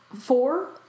four